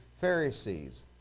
Pharisees